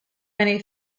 many